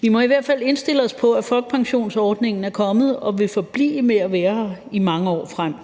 vi må i hvert fald indstille os på, at folkepensionsordningen er kommet og vil forblive med at være her i mange år frem.